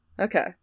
Okay